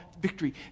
victory